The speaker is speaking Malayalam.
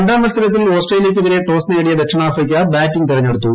രണ്ടാം മത്സരത്തിൽ ഓസ്ട്രേലിയയ്ക്കെതിരെ ടോസ് നേടിയ ദക്ഷിണാഫ്രിക്ക ബാറ്റിംഗ് തെരഞ്ഞെടുത്തു